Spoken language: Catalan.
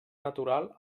natural